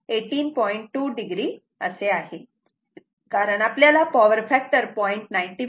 2 o आहे कारण आपल्याला पॉवर फॅक्टर 0